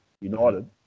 United